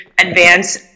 advance